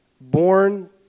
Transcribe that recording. born